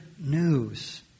news